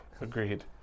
agreed